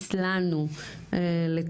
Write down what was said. להמליץ לנו לתקנה,